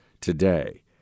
today